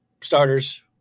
starters